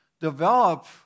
develop